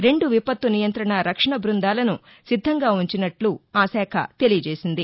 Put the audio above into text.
రెండు విపత్తు నియంత్రణ రక్షణ బృందాలను సిద్దంగా ఉంచినట్లు ఆ శాఖ తెలియచేసింది